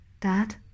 Dad